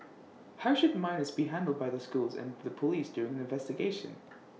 how should minors be handled by their schools and the Police during an investigation